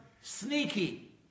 sneaky